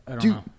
Dude